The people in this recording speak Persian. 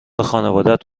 خانوادت